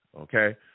okay